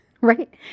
right